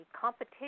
competition